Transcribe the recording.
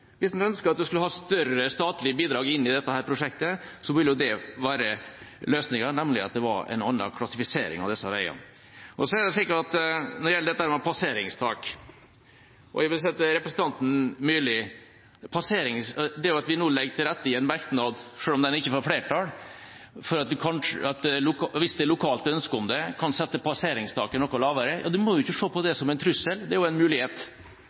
Hvis en ønsket større statlige bidrag inn i dette prosjektet, ville løsningen være en annen klassifisering av disse veiene. Når det gjelder passeringstak, vil jeg si til representanten Myrli at når vi nå i en merknad legger til rette for – selv om det ikke får flertall – at hvis det er lokalt ønske om det, kan en sette passeringstaket noe lavere, ja da må en ikke se på det som en trussel. Det er jo en mulighet